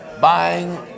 buying